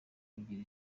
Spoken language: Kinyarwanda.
kugira